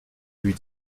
lui